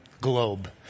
globe